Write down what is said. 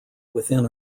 within